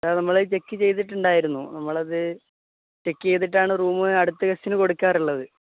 sir നമ്മളത് check ചെയ്തിട്ടുണ്ടായിരുന്നു നമ്മളത് ചെക്കിയ്തിട്ടാണ് റൂം അടുത്ത ഗസ്റ്റിനു കൊടുക്കാറുള്ളത്